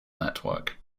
network